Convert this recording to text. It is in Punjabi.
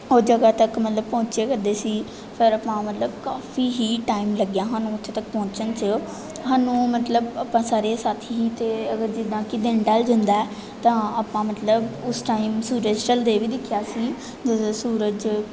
ਉਸ ਜਗ੍ਹਾ ਤੱਕ ਮਤਲਬ ਪਹੁੰਚਿਆ ਕਰਦੇ ਸੀ ਪਰ ਆਪਾਂ ਮਤਲਬ ਕਾਫ਼ੀ ਹੀ ਟਾਇਮ ਲੱਗਿਆ ਸਾਨੂੰ ਉੱਥੇ ਤੱਕ ਪਹੁੰਚਣ 'ਚ ਸਾਨੂੰ ਮਤਲਬ ਆਪਾਂ ਸਾਰੇ ਸਾਥੀ ਸੀ ਅਤੇ ਅਗਰ ਜਿੱਦਾਂ ਕਿ ਦਿਨ ਢਲ ਜਾਂਦਾ ਹੈ ਤਾਂ ਆਪਾਂ ਮਤਲਬ ਉਸ ਟਾਇਮ ਸੂਰਜ ਢਲਦਾ ਵੀ ਦੇਖਿਆ ਸੀ ਜਦੋਂ ਸੂਰਜ